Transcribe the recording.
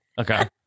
Okay